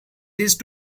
these